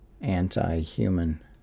anti-human